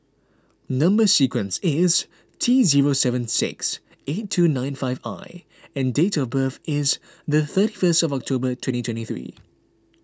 Number Sequence is T zero seven six eight two nine five I and date of birth is the thirty first of October twenty twenty three